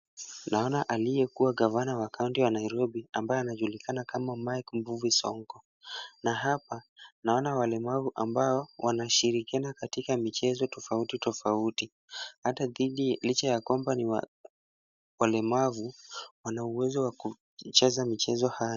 Naona aliyekuwa gavana wa kaunti ya Nairobi, ambaye anajulikana kama Mike Mbuvi Sonko na hapa naona walemavu ambao wanashirikiana katika michezo tofauti tofauti. Hata dhidi, licha ya kwamba ni walemavu, wana uwezo wa kucheza michezo haya.